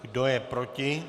Kdo je proti?